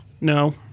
No